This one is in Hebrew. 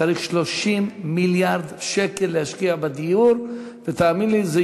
צריך 30 מיליארד שקל להשקיע בדיור, ותאמין לי שזה